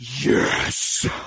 yes